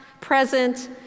present